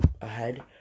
ahead